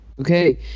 Okay